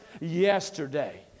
yesterday